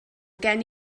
gen